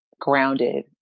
grounded